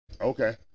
Okay